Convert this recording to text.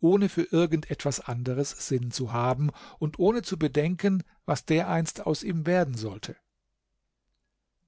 ohne für irgend etwas anderes sinn zu haben und ohne zu bedenken was dereinst aus ihm werden sollte